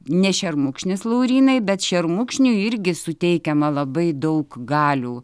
ne šermukšnis laurynai bet šermukšniui irgi suteikiama labai daug galių